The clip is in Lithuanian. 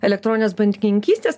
elektroninės bankininkystės